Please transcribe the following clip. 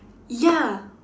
ya